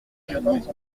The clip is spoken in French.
crédit